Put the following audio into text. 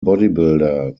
bodybuilder